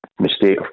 mistake